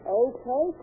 okay